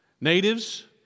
Natives